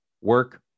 work